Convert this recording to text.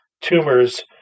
tumors